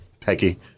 Peggy